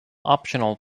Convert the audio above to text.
optional